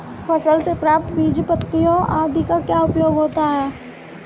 फसलों से प्राप्त बीजों पत्तियों आदि का क्या उपयोग होता है?